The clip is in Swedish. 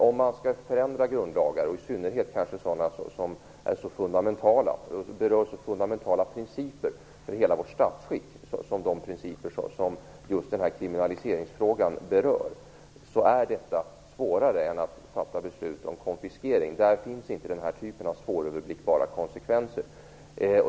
Om man skall förändra grundlagar, och i synnerhet sådana som berör så fundamentala principer för hela vårt statsskick som de principer som aktualiseras i kriminaliseringsfrågan, är detta svårare än att fatta beslut om konfiskering. Där finns inte den här typen av svåröverblickbara konsekvenser.